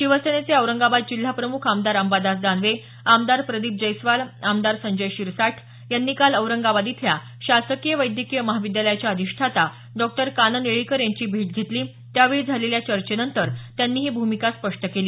शिवसेनेचे औरंगाबाद जिल्हाप्रमुख आमदार अंबादास दानवे आमदार प्रदीप जैस्वाल आमदार संजय शिरसाठ यांनी काल औरंगाबाद इथल्या शासकीय वैद्यकीय महाविद्यालयाच्या अधिष्ठाता डॉक्टर कानन येळीकर यांची भेट घेतली त्यावेळी झालेल्या चर्चेनंतर त्यांनी ही भूमिका स्पष्ट केली